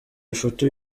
ifoto